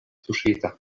tuŝita